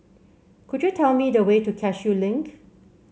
could you tell me the way to Cashew Link